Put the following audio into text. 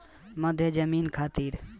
मध्य जमीन खातिर बीज कौन होखे?